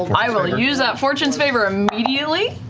i will use that fortune's favor immediately.